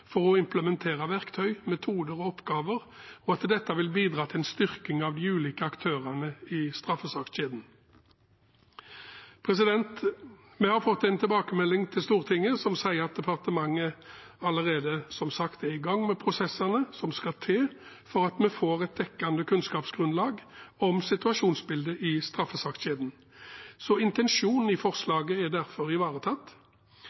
for å implementere verktøy, metoder og oppgaver, og at dette vil bidra til en styrking av de ulike aktørene i straffesakskjeden. Vi har fått en tilbakemelding til Stortinget som sier at departementet allerede, som sagt, er i gang med prosessene som skal til for at vi får et dekkende kunnskapsgrunnlag om situasjonsbildet i straffesakskjeden. Intensjonen i